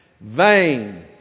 vain